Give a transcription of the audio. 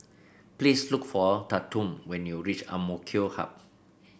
please look for Tatum when you reach AMK Hub